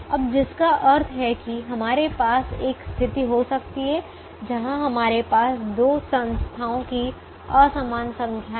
अब जिसका अर्थ है कि हमारे पास एक स्थिति हो सकती है जहां हमारे पास दो संस्थाओं की असमान संख्या है